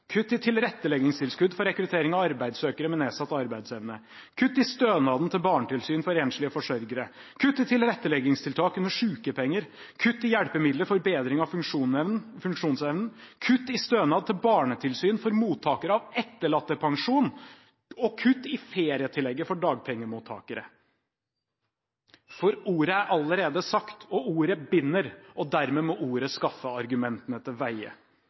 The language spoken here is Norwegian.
kutt i tilretteleggingstilskudd for rekruttering av arbeidssøkere med nedsatt arbeidsevne, kutt i stønaden til barnetilsyn for enslige forsørgere, kutt i tilretteleggingstiltak under sykepenger, kutt i hjelpemidler for bedring av funksjonsevnen, kutt i stønad til barnetilsyn for mottakere av etterlattepensjon, og kutt i ferietillegget for dagpengemottakere. For ordet er allerede sagt, og ordet binder, og dermed må ordet skaffe argumentene til